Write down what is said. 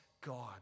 God